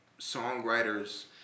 songwriters